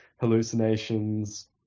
hallucinations